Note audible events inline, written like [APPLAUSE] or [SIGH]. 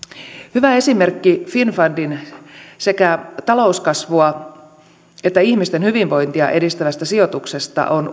hyvä esimerkki finnfundin sekä talouskasvua että ihmisten hyvinvointia edistävästä sijoituksesta on [UNINTELLIGIBLE]